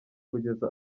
kugeza